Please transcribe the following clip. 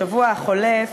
בשבוע החולף,